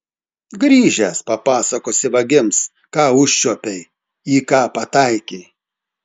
grįžęs papasakosi vagims ką užčiuopei į ką pataikei